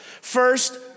First